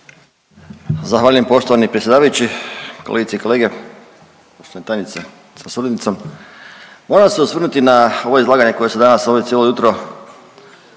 Zahvaljujem poštovani predsjedavajući. Kolegice i kolege, poštovana tajnica sa suradnicom. Moram se osvrnuti na ovo izlaganje koje se danas ovdje cijelo jutro